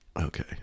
Okay